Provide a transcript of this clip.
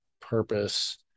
purpose